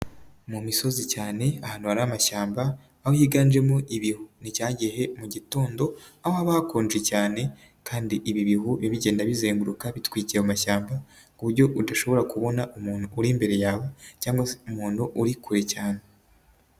Mu misozi cyane ahantu hari amashyamba aho higanjemo ibihu ni cya gihe mu gitondo aho haba hakonje cyane kandi ibi bihu bigenda bizenguruka bitwikira amashyamba, ku buryo udashobora kubona umuntu uri imbere yawe cyangwa se umuntu uri kure cyane.